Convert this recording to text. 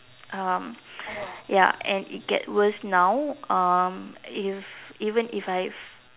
um ya and it get worse now um if even if I've